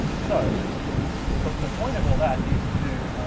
so but the point of all that is to